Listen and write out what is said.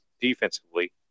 defensively